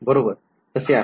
बरोबर तसे आहे